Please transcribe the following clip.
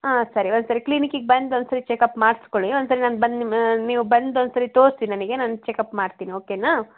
ಹಾಂ ಸರಿ ಒಂದು ಸರಿ ಕ್ಲಿನಿಕ್ಕಿಗೆ ಬಂದು ಒಂದು ಸರಿ ಚೆಕಪ್ ಮಾಡಿಸ್ಕೊಳಿ ಒಂದು ಸರಿ ನಾನು ಬಂದು ನಿಮ್ಮ ನೀವು ಬಂದು ಒಂದು ಸರಿ ತೋರಿಸಿ ನನಗೆ ನಾನು ಚೆಕಪ್ ಮಾಡ್ತೀನಿ ಓಕೆನಾ